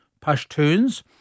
Pashtuns